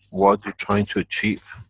what you're trying to achieve.